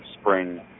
spring